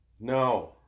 No